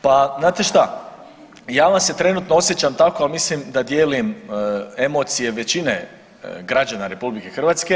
Pa znate šta, ja vam se trenutno osjećam tako, ali mislim da dijelim emocije većine građana RH.